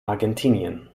argentinien